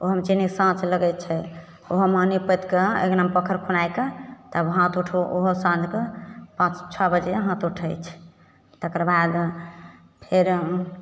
ओहोमे चीनी साँस लगय छै ओहोमे नीप पोतिकऽ अँगनामे पोखरि खुनाके तब हाथ उठो ओहो साँझके पाँच छओ बजे हाथ उठय छै तकरबाद फेर